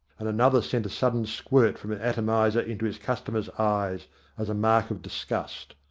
and another sent a sudden squirt from an atomizer into his customer's eyes as a mark of disgust.